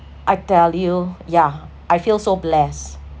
I tell you yeah I feel so blessed